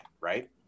right